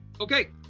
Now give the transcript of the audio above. Okay